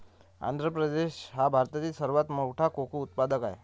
आंध्र प्रदेश हा भारतातील सर्वात मोठा कोको उत्पादक आहे